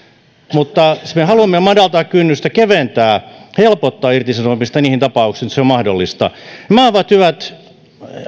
mutta me haluamme madaltaa kynnystä keventää helpottaa irtisanomista niissä tapauksissa joissa se on mahdollista nämä ovat hyvät